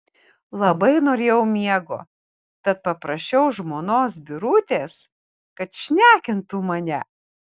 labai norėjau miego tad paprašiau žmonos birutės kad šnekintų mane